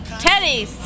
Teddy